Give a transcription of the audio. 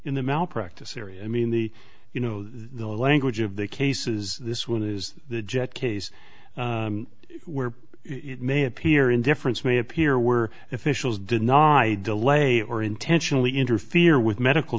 in the malpractise syria i mean the you know the language of the cases this one is the jet case where it may appear indifference may appear were officials denied delay or intentionally interfere with medical